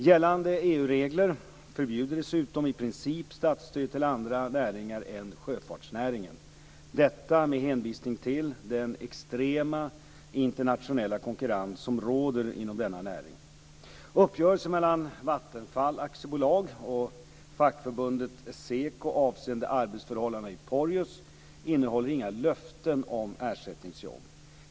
Gällande EU-regler förbjuder dessutom i princip statsstöd till andra näringar än sjöfartsnäringen. Detta med hänvisning till den extrema internationella konkurrens som råder inom denna näring. Uppgörelsen mellan Vattenfall AB och fackförbundet SEKO avseende arbetsförhållandena i Porjus innehåller inga löften om ersättningsjobb.